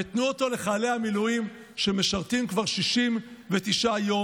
ותנו אותו לחיילי המילואים שמשרתים כבר 69 יום.